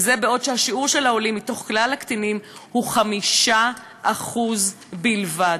וזה בעוד ששיעור העולים בכלל הקטינים הוא 5% בלבד.